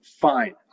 Fine